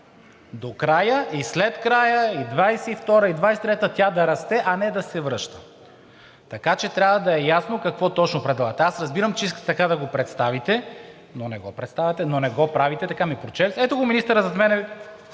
До края и след края на 2022 г. и 2023 г. тя да расте, а не да се връща. Така че трябва да е ясно какво точно предлагате. Аз разбирам, че искате така да го представите, но не го правите така. Ето го министъра зад мен.